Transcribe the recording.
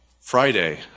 Friday